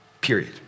Period